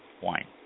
Wine